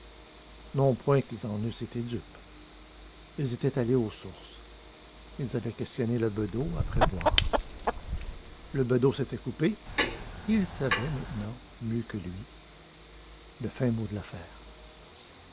non point qu'ils en eussent été dupes ils étaient allés aux sources ils avaient questionné le bedeau après boire le bedeau s'était coupé et ils savaient maintenant mieux que lui le fin mot de l'affaire